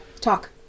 Talk